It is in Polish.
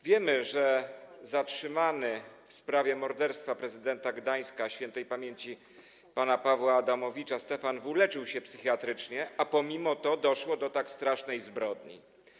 Wiemy, że zatrzymany w sprawie morderstwa prezydenta Gdańska śp. pana Pawła Adamowicza Stefan W. leczył się psychiatrycznie, a mimo to doszło do tak strasznej zbrodni.